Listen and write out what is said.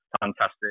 fantastic